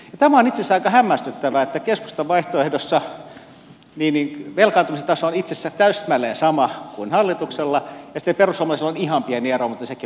on itse asiassa aika hämmästyttävää että keskustan vaihtoehdossa velkaantumisen taso on itse asiassa täsmälleen sama kuin hallituksella ja sitten perussuomalaisilla on ihan pieni ero mutta sekin menee virhemarginaaliin